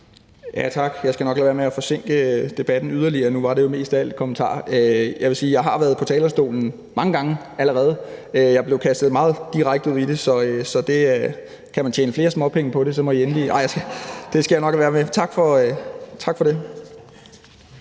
Jeg skal nok lade være med til at forsinke debatten yderligere. Nu var det jo mest af alt en kommentar. Jeg vil sige, at jeg allerede har været på talerstolen mange gange. Jeg blev kastet meget direkte ud i det, men kan man tjene flere småpenge på det, så må I endelig ... (Munterhed). Nej, det skal jeg nok lade være med. Tak for det.